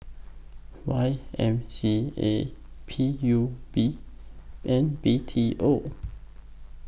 Y M C A P U B and B T O